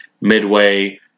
midway